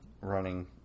running